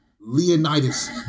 Leonidas